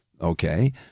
okay